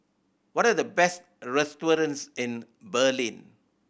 what are the best restaurants in Berlin